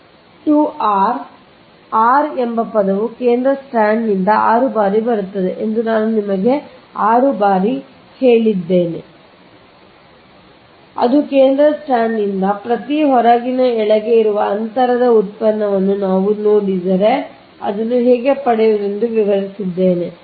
ನಂತರ 2r 6 ಎಂಬ ಪದವು ಕೇಂದ್ರ ಸ್ಟ್ರಾಂಡ್ನಿಂದ 6 ಬಾರಿ ಬರುತ್ತದೆ ಎಂದು ನಾನು ನಿಮಗೆ 6 ಬಾರಿ ಹೇಳಿದ್ದೇನೆ ಅದು ಕೇಂದ್ರ ಸ್ಟ್ರಾಂಡ್ನಿಂದ ಪ್ರತಿ ಹೊರಗಿನ ಎಳೆಗೆ ಇರುವ ಅಂತರದ ಉತ್ಪನ್ನವನ್ನು ನಾನು ನೀಡಿದರೆ ಅದನ್ನು ಹೇಗೆ ಪಡೆಯುವುದು ಎಂದು ವಿವರಿಸಿದ್ದೇನೆ